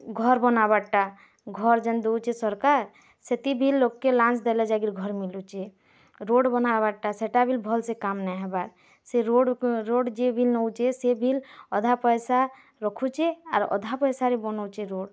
ଘର୍ ବାନାବାରଟା ଘର୍ ଯେନ୍ ଦଉଚେ ସରକାର୍ ସେଥି ବି ଲୋକେ ଲାଞ୍ଚ୍ ଦେଲେ ଯାଇକରି ଘର୍ ମିଲୁଚେ ରୋଡ଼୍ ବନାବାଟା ସେଟା ବି ଭଲସେ କାମ୍ ନାଇହବା ସେ ରୋଡ଼୍ ଯିଏ ବି ନଉଚେ ସେ ବି ଅଧା ପଇସା ରଖୁଚେ ଆର୍ ଅଧା ପଇସାରେ ବନଉଚେ ରୋଡ଼୍